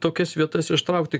tokias vietas ištraukti